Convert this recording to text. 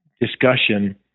discussion